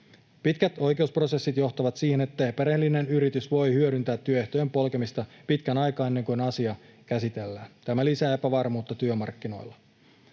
Pitkät oikeusprosessit johtavat siihen, että epärehellinen yritys voi hyödyntää työehtojen polkemista pitkän aikaa ennen kuin asia käsitellään. Tämä lisää epävarmuutta työmarkkinoilla.